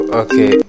okay